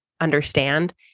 understand